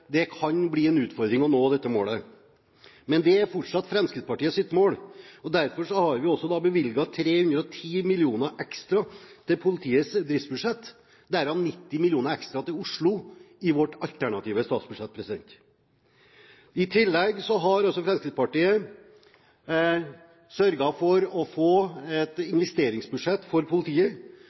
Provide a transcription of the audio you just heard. nå kan vi se at det kan bli en utfordring å nå dette målet. Men det er fortsatt Fremskrittspartiets mål. Derfor har vi også bevilget 310 mill. kr ekstra til politiets driftsbudsjett, derav 90 mill. kr ekstra til Oslo, i vårt alternative statsbudsjett. I tillegg har Fremskrittspartiet sørget for å få et investeringsbudsjett for politiet,